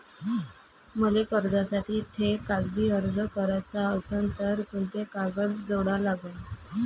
मले कर्जासाठी थे कागदी अर्ज कराचा असन तर कुंते कागद जोडा लागन?